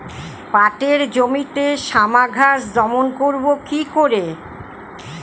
পাটের জমিতে শ্যামা ঘাস দমন করবো কি করে?